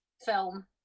film